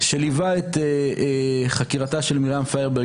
שליווה את חקירתה של מרים פיירברג,